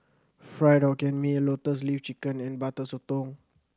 Fried Hokkien Mee Lotus Leaf Chicken and Butter Sotong